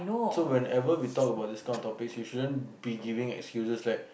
so whenever we talk about this kind of topics you shouldn't be giving excuses like